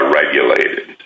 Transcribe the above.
regulated